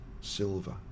Silver